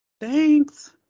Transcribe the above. Thanks